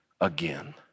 again